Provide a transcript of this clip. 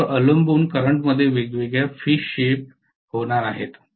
यावर अवलंबून करंटमध्ये वेगवेगळ्या फेज शिफ्ट होणार आहेत